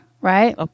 right